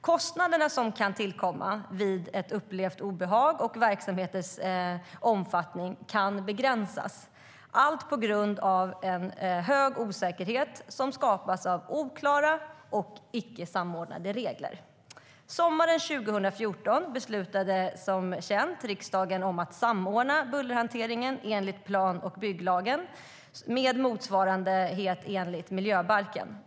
Kostnader kan tillkomma vid ett upplevt obehag, och verksamheters omfattning kan begränsas - allt på grund av en hög osäkerhet som skapats av oklara och icke samordnade regler. Sommaren 2014 beslutade, som känt, riksdagen om att samordna bullerhanteringen enligt plan och bygglagen med motsvarande enligt miljöbalken.